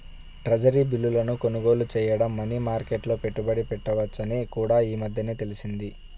treasury బిల్లును కొనుగోలు చేయడం మనీ మార్కెట్లో పెట్టుబడి పెట్టవచ్చని కూడా ఈ మధ్యనే తెలిసింది